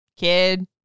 kid